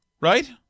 Right